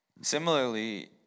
Similarly